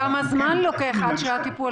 כמה זמן לוקח עד שהטיפול